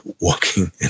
walking